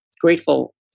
grateful